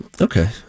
Okay